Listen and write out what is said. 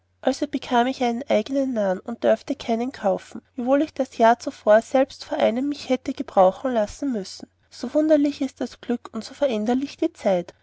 bekam ich einen eigenen narrn und dorfte keinen kaufen wiewohl ich das jahr zuvor selbst vor einen mich hatte gebrauchen lassen müssen so wunderlich ist das glück und so veränderlich die zeit